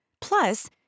Plus